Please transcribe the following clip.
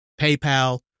PayPal